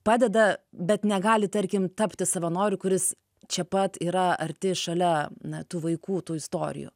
padeda bet negali tarkim tapti savanoriu kuris čia pat yra arti šalia na tų vaikų tų istorijų